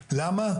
למה?